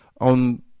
on